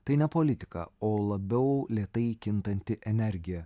tai ne politika o labiau lėtai kintanti energija